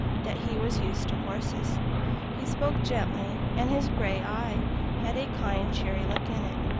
that he was used to horses he spoke gently, and his gray eye had a kindly, cheery look in it.